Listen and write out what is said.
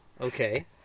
okay